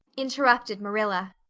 interrupted marilla.